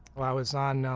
i was on